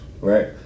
Right